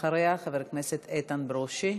אחריה, חבר הכנסת איתן ברושי.